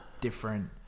different